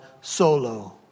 solo